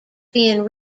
being